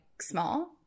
small